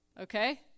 Okay